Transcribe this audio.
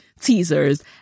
teasers